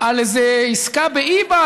על איזה עסקה ב-ebay,